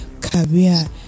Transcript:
career